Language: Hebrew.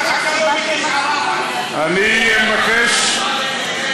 למה אתה לא מגיש ערר, אני מבקש,